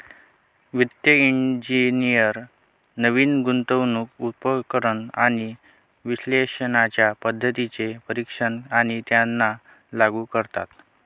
वित्तिय इंजिनियर नवीन गुंतवणूक उपकरण आणि विश्लेषणाच्या पद्धतींचे परीक्षण आणि त्यांना लागू करतात